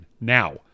Now